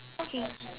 okay